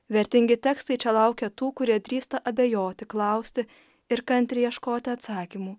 vertingi tekstai čia laukia tų kurie drįsta abejoti klausti ir kantriai ieškoti atsakymų